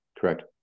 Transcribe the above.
Correct